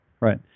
Right